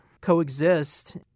coexist